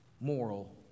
moral